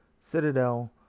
Citadel